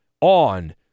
on